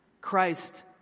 Christ